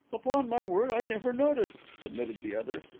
upon my word, i never noticed, admitted the other.